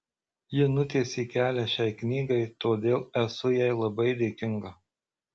ji nutiesė kelią šiai knygai todėl esu jai labai dėkinga